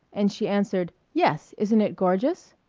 and she answered yes, isn't it gorgeous?